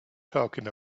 talking